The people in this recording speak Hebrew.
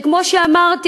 כמו שאמרתי,